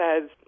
says